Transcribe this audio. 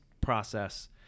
process